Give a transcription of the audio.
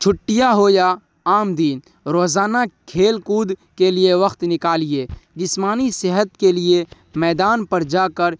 چھٹیاں ہو یا عام دن روزانہ کھیل کود کے لیے وقت نکالیے جسمانی صحت کے لیے میدان پر جا کر